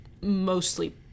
mostly